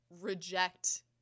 reject